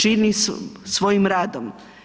Čini svojim radom.